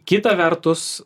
kita vertus